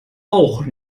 auch